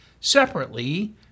Separately